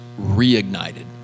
reignited